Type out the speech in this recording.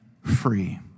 free